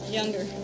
younger